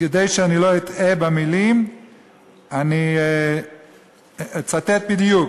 כדי שאני לא אטעה במילים אני אצטט בדיוק: